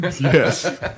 Yes